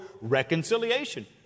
reconciliation